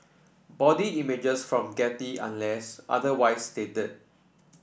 body images from Getty unless otherwise stated